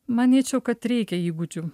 manyčiau kad reikia įgūdžių